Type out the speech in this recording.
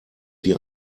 wie